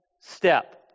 step